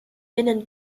binnen